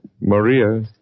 Maria